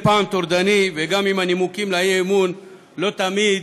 פעם טורדני וגם אם הנימוקים לאי-אמון לא תמיד